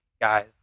guys